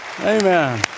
Amen